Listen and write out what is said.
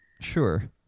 Sure